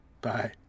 Bye